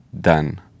done